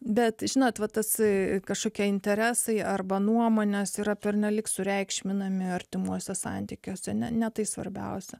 bet žinot va tasai kažkokie interesai arba nuomonės yra pernelyg sureikšminami artimuose santykiuose ne ne tai svarbiausia